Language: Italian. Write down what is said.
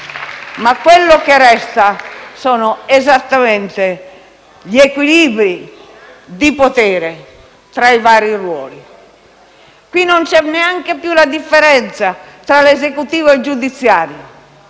ma quello che resta sono esattamente gli equilibri di potere tra i vari ruoli. Qui non c'è neanche più la differenza tra l'esecutivo e il giudiziario